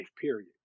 period